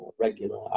regular